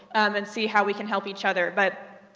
and see how we can help each other. but,